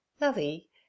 lovey